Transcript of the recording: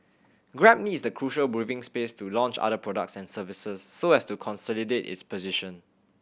grab needs the crucial breathing space to launch other products and services so as to consolidate its position